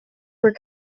were